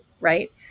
right